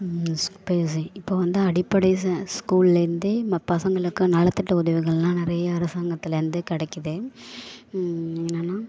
இப்போ வந்து அடிப்படை ஸ ஸ்கூல்லந்தே ம பசங்களுக்கு நலத்திட்ட உதவிகள் எல்லாம் நிறையா அரசாங்கத்துலேருந்து கிடைக்கிது என்னென்னா